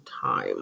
time